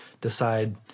decide